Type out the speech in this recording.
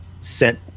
sent